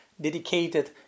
dedicated